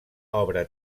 obra